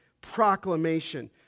proclamation